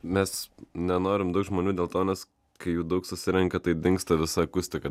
mes nenorim daug žmonių dėl to nes kai jų daug susirenka tai dingsta visa akustika